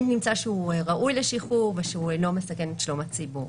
אם נמצא שהוא ראוי לשחרור ושהוא אינו מסכן את שלום הציבור.